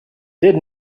did